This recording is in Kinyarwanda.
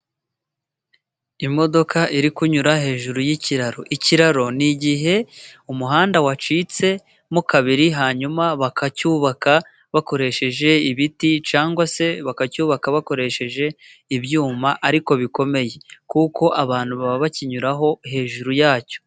Imodoka iri kunyura hejuru y'ikiraro, ikiraro ni igihe umuhanda wacitsemo kabiri, hanyuma bakacyubaka bakoresheje ibiti, cyangwa se bakacyubaka bakoresheje ibyuma ariko bikomeye, kuko abantu baba bakinyuraho hejuru yacyo.